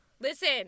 Listen